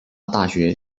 大学